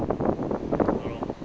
ya lor